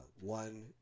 one